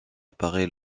apparaît